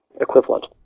equivalent